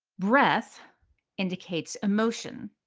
breath indicates emotion.